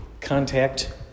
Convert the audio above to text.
contact